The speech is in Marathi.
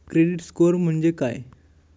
क्रेडिट स्कोअर म्हणजे काय?